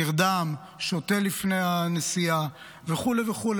נרדם, שותה לפני הנסיעה וכולי וכולי.